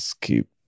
keep